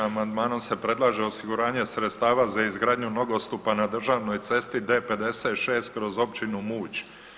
Amandmanom se predlaže osiguranje sredstava za izgradnju nogostupa na državnoj cesti D56 kroz Općinu Muć.